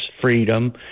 freedom